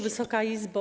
Wysoka Izbo!